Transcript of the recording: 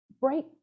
Break